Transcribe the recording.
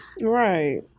Right